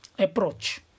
approach